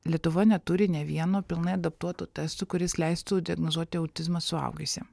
lietuva neturi nei vieno pilnai adaptuoto testo kuris leistų diagnozuoti autizmą suaugusiem